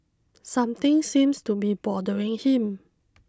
something seems to be bothering him